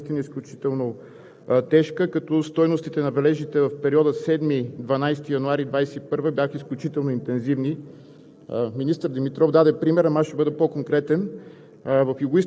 Института по метрология и хидрология, мога да кажа, че климатичната обстановка беше наистина изключително тежка, като стойностите на валежите в периода 7 – 12 януари 2021 г. бяха изключително интензивни.